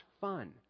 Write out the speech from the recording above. fun